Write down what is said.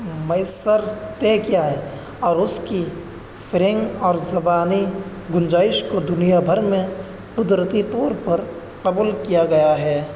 میسر طے کیا ہے اور اس کی فرہنگ اور زبانی گنجائش کو دنیا بھر میں قدرتی طور پر قبول کیا گیا ہے